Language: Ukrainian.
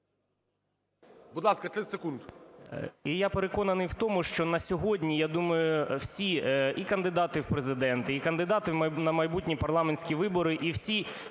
Будь ласка, 30 секунд.